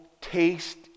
taste